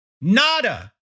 nada